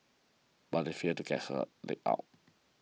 but they failed to get her leg out